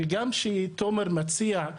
וגם שתומר מציע,